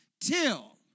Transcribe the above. till